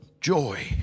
joy